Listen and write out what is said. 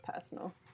personal